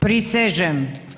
Prisežem.